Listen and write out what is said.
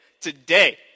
today